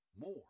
more